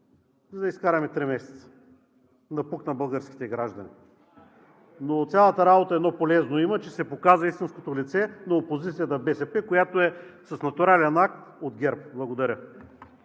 За да изкараме три месеца – напук на българските граждани. Но от цялата работа едно полезно има, че се показа истинското лице на опозицията – БСП, която е с нотариален акт от ГЕРБ. Благодаря.